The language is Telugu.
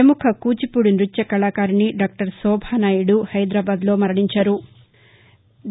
ప్రముఖ కూచిపూడి నృత్య కళాకారిణి దాక్టర్ శోభానాయుదు హైదరాబాద్లో మరణించారు